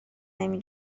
نمی